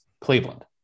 Cleveland